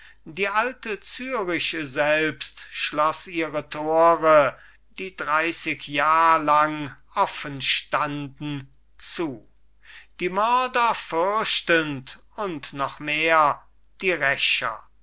die alte zürich selbst schloss ihre tore die dreißig jahr lang offenstanden zu die mörder fürchtend und noch mehr die rächer